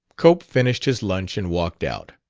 cope finished his lunch and walked out.